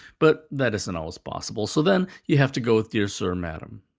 but that isn't always possible, so then you have to go with dear sir or madam.